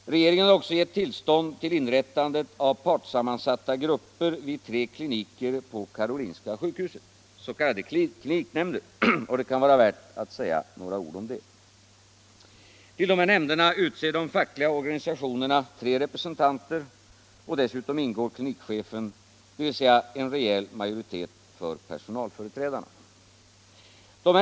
Regeringen har också gett tillstånd till inrättandet av partssammansatta grupper vid tre kliniker på karolinska sjukhuset, s.k. kliniknämnder, och det kan vara värt att säga några ord om det. Till de här nämnderna utser de fackliga organisationerna tre representanter, och dessutom ingår klinikchefen, dvs. en rejäl majoritet för personalföreträdarna.